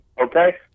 okay